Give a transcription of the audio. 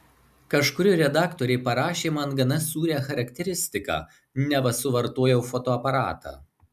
kažkuri redaktorė parašė man gana sūrią charakteristiką neva suvartojau fotoaparatą